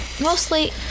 mostly